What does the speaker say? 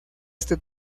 este